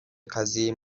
قضیه